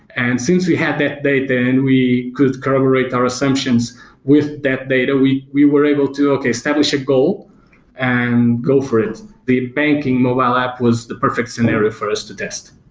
and since we have that date and we could collaborate our assumptions with that data, we we were able to, okay, establish a goal and go for it. the banking mobile app was the perfect scenario for us to test.